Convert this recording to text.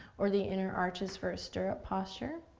or the inner arches for a stirrup posture,